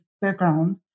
background